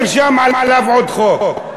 נרשם עליו עוד חוק.